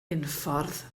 unffordd